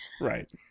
Right